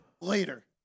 later